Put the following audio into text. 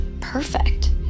perfect